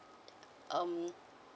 um